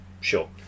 Sure